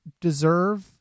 deserve